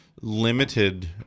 limited